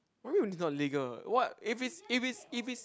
what you mean by it's not legal what if it's if it's if it's